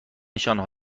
نشانه